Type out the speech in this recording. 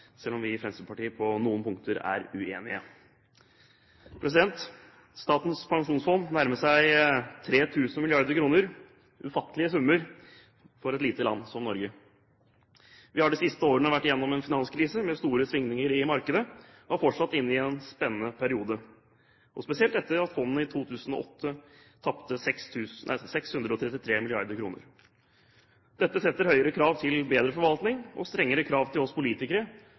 selv om vi i Fremskrittspartiet på noen punkter er uenige. Statens pensjonsfond nærmer seg 3 000 mrd. kr, en ufattelig sum for et lite land som Norge. Vi har de siste årene vært igjennom en finanskrise med store svingninger i markedet, og er fortsatt inne i en spennende periode, og spesielt etter at fondet i 2008 tapte 633 mrd. kr. Dette setter høyere krav til bedre forvaltning og strengere krav til oss politikere